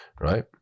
right